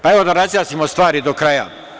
Pa, evo da razjasnimo stvari do kraja.